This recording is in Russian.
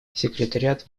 секретариат